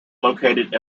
located